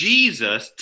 Jesus